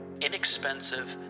inexpensive